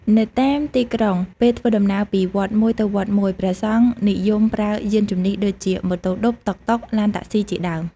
នៅតាមទីក្រុង ពេលធ្វើដំណើរពីវត្តមួយទៅវត្តមួយ ព្រះសង្ឃនិយមប្រើយានជំនិះដូចជា ម៉ូតូឌុប តុកតុក ឡានតាក់សុីជាដើម។